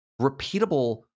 repeatable